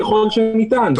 ככל שניתן,